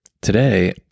Today